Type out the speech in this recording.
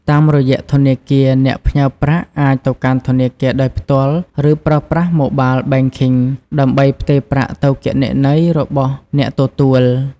តាមរយៈធនាគារ អ្នកផ្ញើប្រាក់អាចទៅកាន់ធនាគារដោយផ្ទាល់ ឬប្រើប្រាស់ Mobile Banking ដើម្បីផ្ទេរប្រាក់ទៅគណនីរបស់អ្នកទទួល។